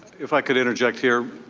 if i could interject here,